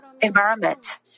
environment